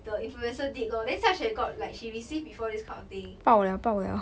the influencer did lor then xia xue got like she received before this kind of thing